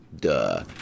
Duh